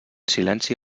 silenci